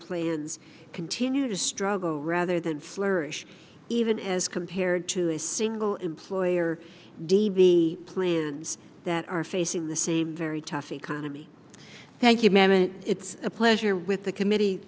plays continue to struggle rather than flourish even as compared to a single employer devi plans that are facing the same very tough economy thank you ma'am and it's a pleasure with the committee